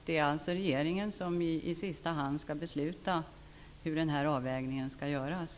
Det är alltså regeringen som i sista hand skall besluta hur den här avvägningen skall göras.